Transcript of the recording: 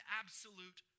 absolute